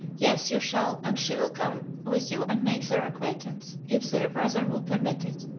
yes, you shall, and she will come with you and make their acquaintance, if their brother will permit it.